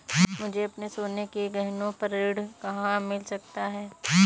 मुझे अपने सोने के गहनों पर ऋण कहाँ मिल सकता है?